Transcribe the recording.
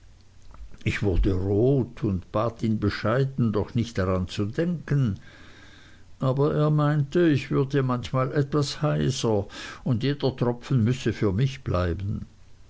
ich wurde rot und bat ihn bescheiden doch nicht daran zu denken aber er meinte ich würde manchmal etwas heiser und jeder tropfen müsse für mich bleiben